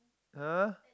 !huh!